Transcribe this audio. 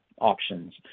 options